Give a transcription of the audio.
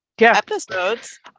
episodes